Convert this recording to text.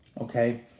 Okay